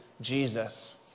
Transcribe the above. Jesus